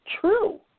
true